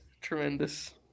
Tremendous